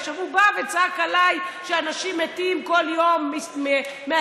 הוא בא וצעק עליי שאנשים מתים כל יום מהסיגריות.